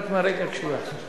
רק מהרגע שהוא יחזור,